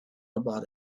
about